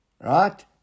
Right